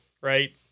right